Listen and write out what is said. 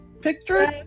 pictures